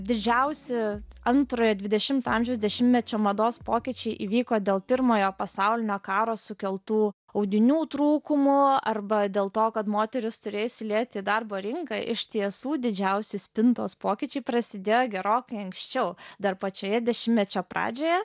didžiausi antrojo dvidešimto amžiaus dešimtmečio mados pokyčiai įvyko dėl pirmojo pasaulinio karo sukeltų audinių trūkumo arba dėl to kad moterys turėjo įsilieti į darbo rinką iš tiesų didžiausi spintos pokyčiai prasidėjo gerokai anksčiau dar pačioje dešimtmečio pradžioje